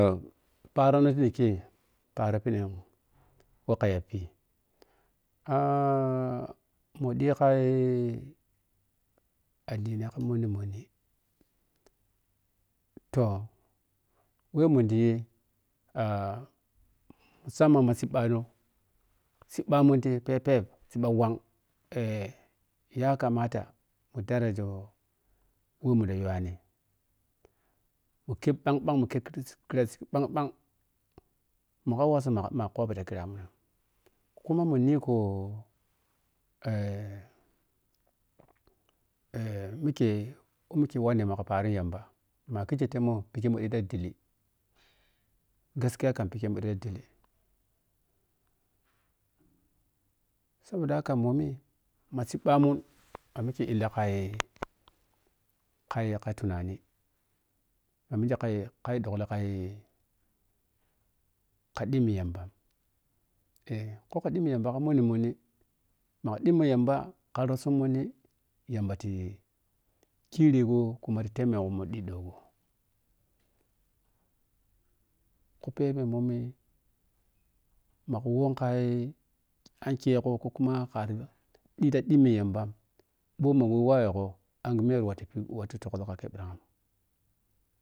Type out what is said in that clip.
Poro nidike pamiro pur dung wrtiya pu mudikai addini ki munni monni the womun ɗiyi a musamman ma mbamun siibbamunti phepure gibba wang eh yakamata mu dara joo wo munɗa yuwani mukhep bhagbhag mukhep sii kirraa phog buag muta wasi ma ma kobiti kirramun kuma mu nikko eh eh mike mike watemuka paaro ni yamba kiji m u di ti ɗilli gaskiya karn kiji mu kamti ɗilli sax haka momi ma siiba mum na miki illa kaye kai tunani mamike kai yi dhukkle kai ka dhimmi yamba eh khukkle dhimmi yamba kam manni monni ma ɗh. mmi yamba rutso manni yamba ti kiregho kuma tem me go muɗɗi degho ku pragbe muni ma ku wwa kur ankegho ko kuma kari dh ta dh mmi yamba bho ma we wawwwegho angue miya we go wattu tuttozun ka ke phirang.